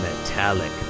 metallic